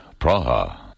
Praha